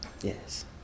Yes